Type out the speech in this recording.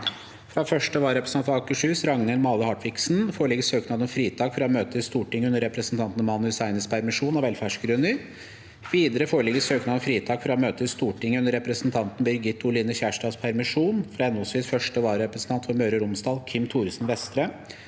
Fra første vararepresentant for Akershus, Ragnhild Male Hartviksen, foreligger søknad om fritak fra å møte i Stortinget under representanten Mani Hussainis permisjon, av velferdsgrunner. Videre foreligger søknader om fritak fra å møte i Stortinget under representanten Birgit Oline Kjerstads permisjon, fra henholdsvis første vararepresentant for Møre og Romsdal, Kim Thoresen-Vestre,